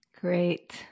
Great